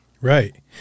Right